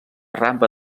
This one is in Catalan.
rampa